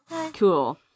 Cool